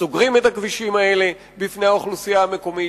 סוגרים את הכבישים האלה בפני האוכלוסייה המקומית.